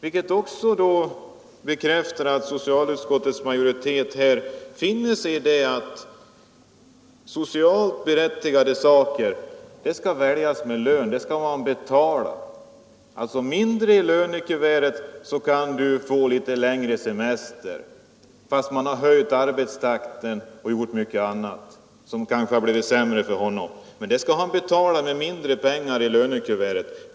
Också detta bekräftar att socialutskottets majoritet finner sig i att socialt berättigade krav skall angripas lönevägen. Alltså: mindre i lönekuvertet, så kan arbetaren få litet längre semester, fastän man har höjt arbetstakten och gjort mycket annat som kanske inneburit försämringar för honom. Detta skall han ändå få betala med mindre pengar i lönekuvertet.